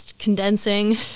condensing